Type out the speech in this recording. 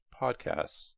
podcasts